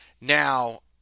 Now